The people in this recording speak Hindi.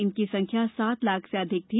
इनकी संख्या सात लाख से अधिक थी